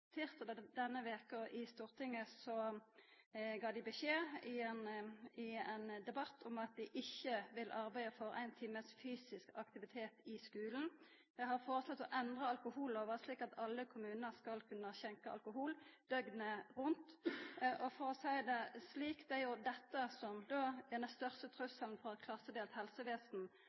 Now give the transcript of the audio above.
alle skuleelevar. Tysdag denne veka gav dei i ein debatt i Stortinget beskjed om at dei ikkje vil arbeida for ein times fysisk aktivitet kvar dag i skulen. Dei har foreslått å endra alkohollova, slik at alle kommunar skal kunna skjenka alkohol døgnet rundt. For å seia det slik: Det er jo dette som er den største trusselen med omsyn til eit klassedelt helsevesen,